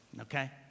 okay